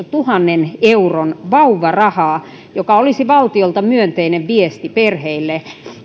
tuhannen euron vauvarahaa joka olisi valtiolta myönteinen viesti perheille